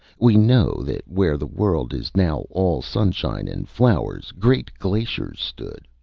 we know that where the world is now all sunshine and flowers great glaciers stood.